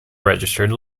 registered